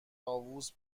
طاووس